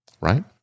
right